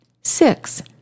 Six